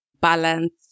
balance